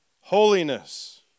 holiness